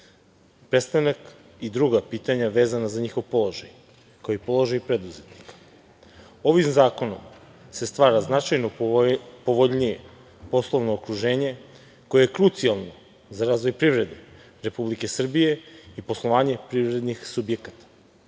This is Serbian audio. prestanak i druga pitanja vezana za njihov položaj, koji položi i preduzetnika. Ovim zakonom se stvara značajno povoljnije poslovno okruženje koje je krucijalno za razvoj privrede Republike Srbije i poslovanje privrednih subjekata,